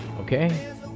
okay